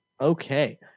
Okay